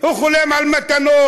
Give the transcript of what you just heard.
הוא חולם על מתנות,